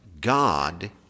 god